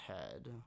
head